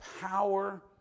power